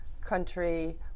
country